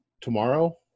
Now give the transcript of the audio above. tomorrow